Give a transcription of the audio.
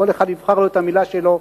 כל אחד יבחר לו את המלה שלו,